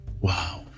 wow